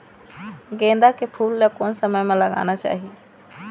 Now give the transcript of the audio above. गेंदा के फूल ला कोन समय मा लगाना चाही?